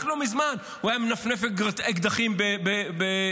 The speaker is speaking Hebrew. רק לא מזמן הוא היה מנפנף אקדחים בחניונים.